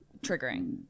triggering